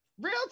Real